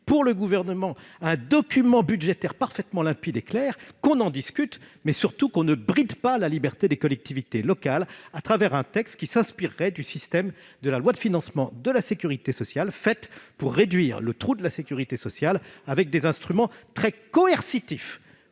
produire un document budgétaire parfaitement limpide et clair dont nous discuterons. Mais, surtout, ne bridons pas la liberté des collectivités locales à travers un texte qui s'inspirerait du système de la loi de financement de la sécurité sociale, faite pour réduire le trou de la sécurité sociale avec des instruments très coercitifs.